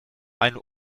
eine